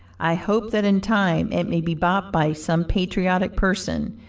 i hope that in time it may be bought by some patriotic person,